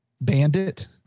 bandit